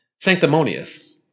sanctimonious